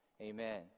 amen